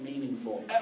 meaningful